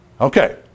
Okay